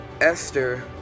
Esther